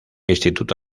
instituto